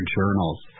journals